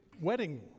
wedding